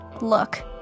look